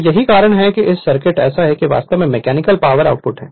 तो यही कारण है कि यह सर्किट ऐसा है जो वास्तव में मैकेनिकल आउटपुट है